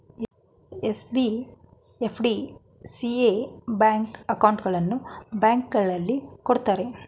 SB, FD, CA bank ಅಕೌಂಟ್ಗಳನ್ನು ಬ್ಯಾಂಕ್ಗಳಲ್ಲಿ ಕೊಡುತ್ತಾರೆ